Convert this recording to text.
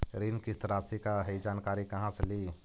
ऋण किस्त रासि का हई जानकारी कहाँ से ली?